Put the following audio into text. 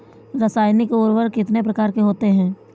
रासायनिक उर्वरक कितने प्रकार के होते हैं?